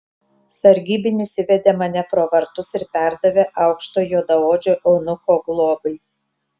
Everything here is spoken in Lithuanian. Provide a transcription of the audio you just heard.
sargybinis įvedė mane pro vartus ir perdavė aukšto juodaodžio eunucho globai